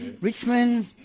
Richmond